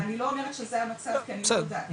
ואני לא אומרת שזה המצב, כי אני לא יודעת.